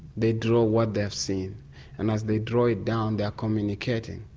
they draw what they have seen and as they draw it down they are communicating.